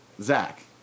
Zach